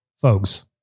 folks